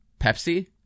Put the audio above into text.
Pepsi